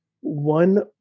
one